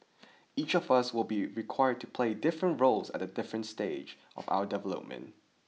each of us will be required to play different roles at a different stage of our development